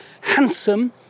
handsome